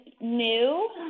new